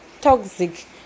toxic